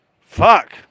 Fuck